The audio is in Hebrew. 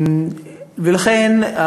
ולכן,